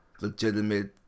legitimate